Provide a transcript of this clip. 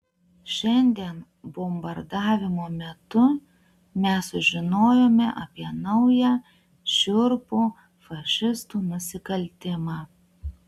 šiandien bombardavimo metu mes sužinojome apie naują šiurpų fašistų nusikaltimą